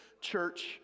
church